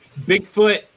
Bigfoot